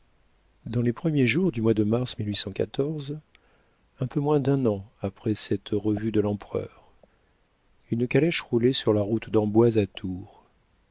dans les premiers jours du mois de mars un peu moins d'un an après cette revue de l'empereur une calèche roulait sur la route d'amboise à tours